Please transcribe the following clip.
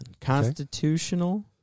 Constitutional